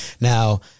Now